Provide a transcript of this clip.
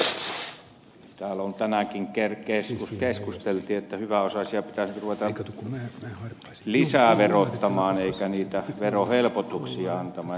täällä on tänäänkin keskusteltu että hyväosaisia pitäisi ruveta nyt lisäverottamaan eikä niitä verohelpotuksia antamaan